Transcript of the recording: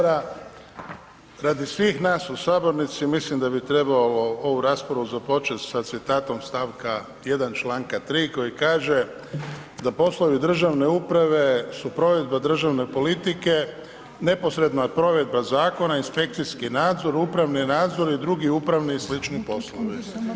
Radi svih nas u Sabornici mislim da bi trebalo ovu raspravu započeti sa citatom st. 1. čl. 3. koji kaže da poslovi državne uprave su provedba državne politike, neposredna provedba zakona, inspekcijski nadzor, upravni nadzor i drugi upravni i sl. poslovi.